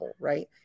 right